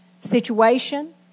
situation